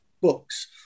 books